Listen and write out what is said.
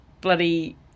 bloody